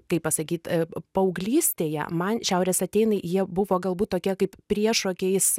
kaip pasakyt paauglystėje man šiaurės atėnai jie buvo galbūt tokie kaip priešokiais